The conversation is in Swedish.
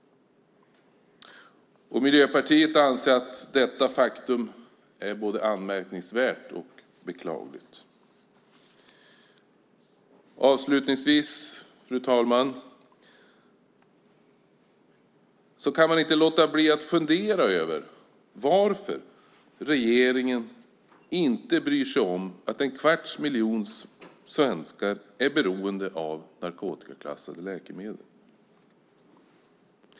Miljöpartiet anser att detta faktum är både anmärkningsvärt och beklagligt. Avslutningsvis, fru talman, kan man inte låta bli att fundera över varför regeringen inte bryr sig om att en kvarts miljon svenskar är beroende av narkotikaklassade läkemedel.